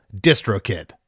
DistroKid